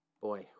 Boy